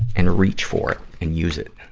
and reach for and use it.